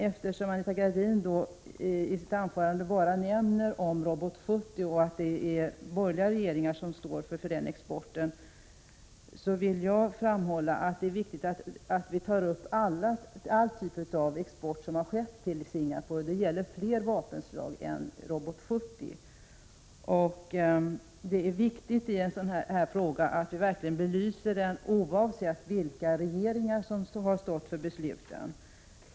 Eftersom Anita Gradin i sitt anförande endast omnämner Robot 70 och hävdar att de borgerliga regeringarna har stått för den exporten, vill jag framhålla att det är viktigt att vi tar upp alla typer av vapenexport som har skett till Singapore. Det gäller fler vapenslag än Robot 70. Det är viktigt i en sådan här fråga att vi verkligen belyser den oavsett vilka regeringar som har stått för besluten.